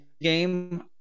game